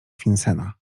finsena